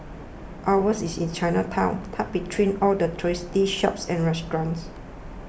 ours is in Chinatown tucked between all the touristy shops and restaurants